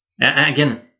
again